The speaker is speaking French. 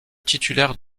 titulaire